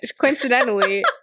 coincidentally